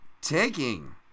Taking